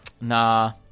Nah